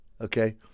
okay